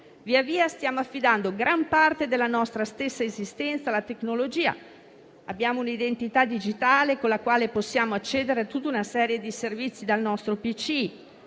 Via via stiamo affidando gran parte della nostra stessa esistenza alla tecnologia: abbiamo un'identità digitale con la quale possiamo accedere a tutta una serie di servizi dal nostro pc.